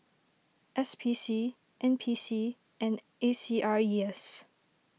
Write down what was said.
S P C N P C and A C R E S